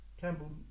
Campbell